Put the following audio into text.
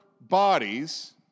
bodies